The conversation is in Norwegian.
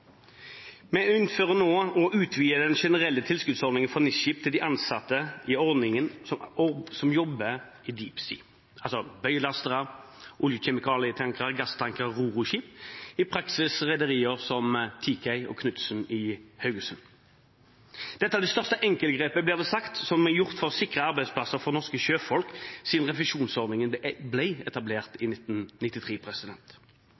Vi innfører nå å utvide den generelle tilskuddsordningen for NIS-skip for de ansatte som jobber i deep sea, altså bøyelastere, olje- og kjemikalietankere, gasstankere og ro/ro-skip – i praksis rederier som Teekay og Knutsen i Haugesund. Dette er det største enkeltgrepet, blir det sagt, som er gjort for å sikre arbeidsplasser for norske sjøfolk siden refusjonsordningen